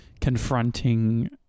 confronting